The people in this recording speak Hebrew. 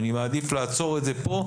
אני מעדיף לעצור את זה כאן,